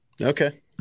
Okay